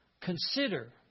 Consider